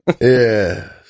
Yes